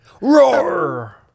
Roar